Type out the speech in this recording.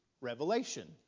revelation